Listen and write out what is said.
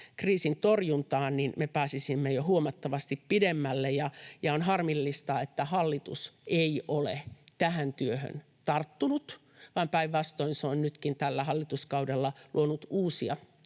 ilmastokriisin torjuntaan, me pääsisimme jo huomattavasti pidemmälle. On harmillista, että hallitus ei ole tähän työhön tarttunut, vaan päinvastoin se on nytkin tällä hallituskaudella luonut uusia